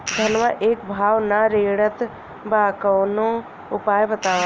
धनवा एक भाव ना रेड़त बा कवनो उपाय बतावा?